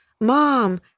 mom